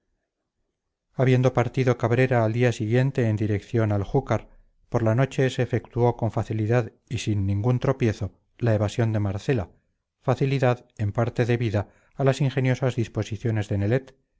habiendo partido cabrera al día siguiente en dirección al júcar por la noche se efectuó con facilidad y sin ningún tropiezo la evasión de marcela facilidad en parte debida a las ingeniosas disposiciones de nelet